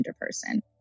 person